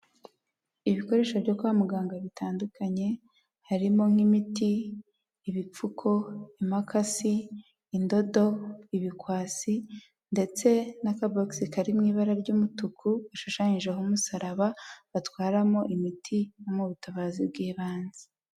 Ibikoresho byo kwa muganga bitandukanye, harimo nk'imiti, ibipfuko, imakasi, indodo, ibikwasi ndetse n'akabokisi kari mu ibara ry'umutuku, gashushanyijeho umusaraba batwaramo imiti yo mu butabazi bw'ibanze.